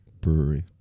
brewery